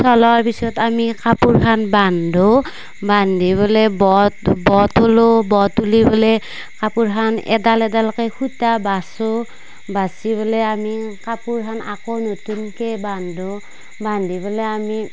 চলৱাৰ পিছত আমি কাপোৰখান বান্ধো বান্ধি পেলাই বৰ বৰ তোলোঁ বৰ তুলি পেলাই কাপোৰখন এডাল এডালকে সূতা বাছোঁ বাছি পেলাই আমি কাপোৰখান আকৌ নতুনকে বান্ধো বান্ধি পেলাই আমি